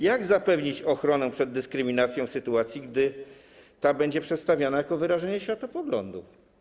Jak zapewnić ochronę przed dyskryminacją w sytuacji, gdy ta będzie przedstawiana jako wyrażenie światopoglądu?